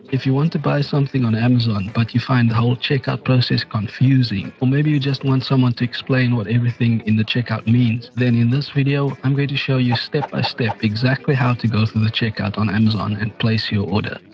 if you want to buy something on amazon but you find the whole checkout process confusing or maybe you just want someone to explain what everything in the checkout means then in this video i'm going to show you step-by-step exactly how to go through the checkout on amazon and place your order.